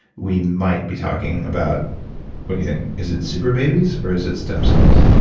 we might be talking about what do you think? is it superbabies or is it stem cells?